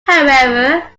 however